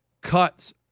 cuts